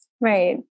Right